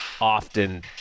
often